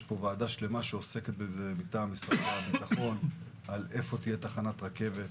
יש ועדה שלמה שעוסקת בזה מטעם משרד הביטחון איפה תהיה תחנת רכבת,